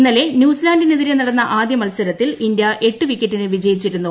ഇന്നുല്ലു ന്യൂസിലന്റിനെതിരെ നടന്ന ആദ്യ മത്സരത്തിൽ ഇന്ത്യ എട്ടു വിക്കറ്റിന് വിജയിച്ചിരുന്നു